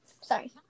Sorry